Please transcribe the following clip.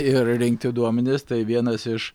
ir rinkti duomenis tai vienas iš